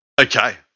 okay